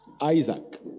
Isaac